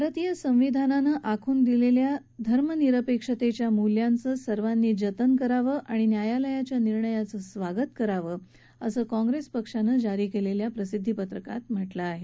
भारतीय संविधानानं आखून दिलेल्या धर्मनिरपेक्षतेच्या मूल्यांचं सर्वानी जतन करत न्यायालयाच्या निर्णयाचं स्वागत करावं असं काँग्रेस पक्षानं जारी केलेल्या निवेदनात म्हटलं आहे